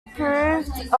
approved